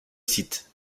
site